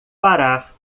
parar